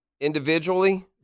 individually